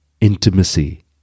intimacy